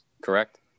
correct